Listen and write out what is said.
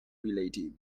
relative